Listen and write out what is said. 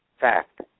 Fact